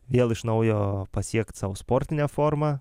vėl iš naujo pasiekt savo sportinę formą